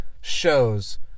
shows